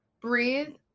breathe